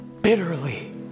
bitterly